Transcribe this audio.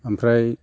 आमफ्राय